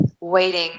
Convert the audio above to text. waiting